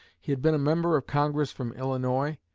he had been a member of congress from illinois,